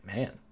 Man